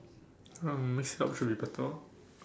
um next card should be better